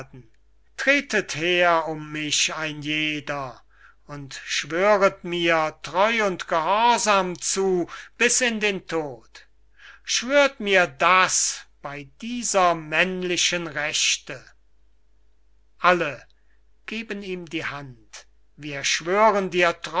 tretet her um mich ein jeder und schwöret mir treu und gehorsam zu bis in den tod schwört mir das bey dieser männlichen rechte alle geben ihm die hand wir schwören dir